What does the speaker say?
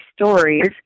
stories